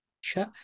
Sure